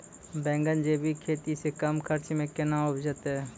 बैंगन जैविक खेती से कम खर्च मे कैना उपजते?